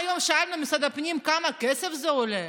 שאלנו היום את משרד הפנים: כמה כסף זה עולה?